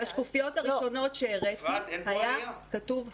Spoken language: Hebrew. בשקופיות הראשונות שהראיתי היה כתוב הכול.